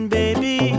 baby